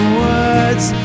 words